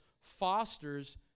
fosters